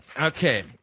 Okay